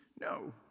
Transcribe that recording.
No